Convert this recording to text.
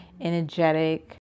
energetic